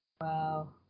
Wow